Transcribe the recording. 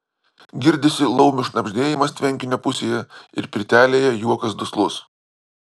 girdisi laumių šnabždėjimas tvenkinio pusėje ir pirtelėje juokas duslus